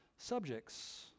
subjects